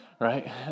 right